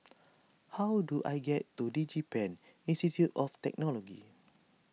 how do I get to DigiPen Institute of Technology